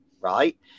right